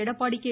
Edappadi K